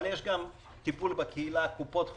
אבל יש גם טיפול בקהילה, קופות חולים.